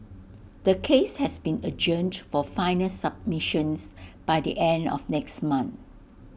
the case has been adjourned for final submissions by the end of next month